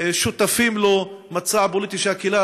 שותפים לו, מצע פוליטי שהקהילה